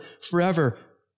forever